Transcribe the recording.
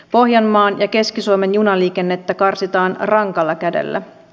pohjanmaan ja keski suomen junaliikennettä karsitaan rankalla kädellä